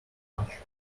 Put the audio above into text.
much